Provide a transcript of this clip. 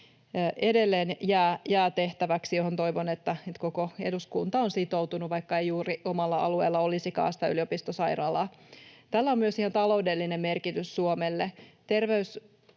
Edelleen jää tehtävää, mihin toivon, että koko eduskunta on sitoutunut, vaikka ei juuri omalla alueella olisikaan sitä yliopistosairaalaa. Tällä on myös ihan taloudellinen merkitys Suomelle.